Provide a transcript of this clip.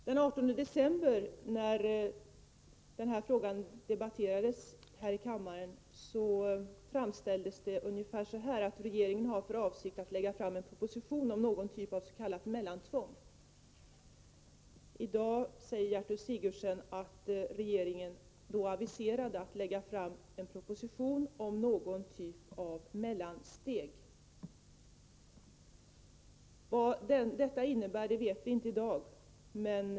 Herr talman! Jag har en kommentar till Gertrud Sigurdsens sista replik. Den 18 december när frågan debatterades här i kammaren framställdes saken så här: Regeringen har för avsikt att lägga fram en proposition om någon typ av mellantvång. I dag säger Gertrud Sigurdsen att regeringen då aviserade att lägga fram en proposition om någon typ av mellansteg. Vad detta kommer att innebära vet vi inte i dag.